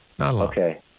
Okay